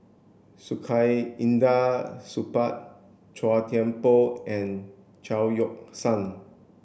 Saktiandi Supaat Chua Thian Poh and Chao Yoke San